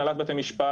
הנהלת בתי משפט,